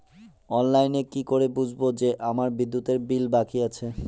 অনলাইনে কি করে বুঝবো যে আমার বিদ্যুতের বিল বাকি আছে?